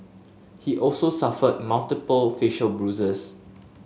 he also suffered multiple facial bruises